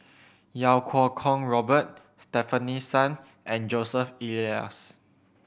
Iau Kuo Kwong Robert Stefanie Sun and Joseph Elias